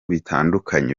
bitandukanye